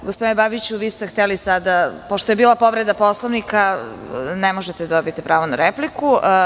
Gospodine Babiću vi ste hteli sada, pošto je bila povreda Poslovnika, ne možete da dobijete pravo na repliku.